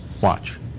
Watch